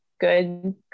good